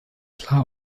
klar